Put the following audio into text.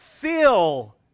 fill